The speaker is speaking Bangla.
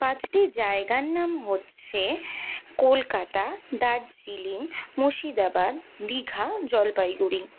পাঁচটি জায়গার নাম হচ্ছে কলকাতা দার্জিলিং মুর্শিদাবাদ দীঘা জলপাইগুড়ি